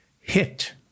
hit